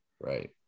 Right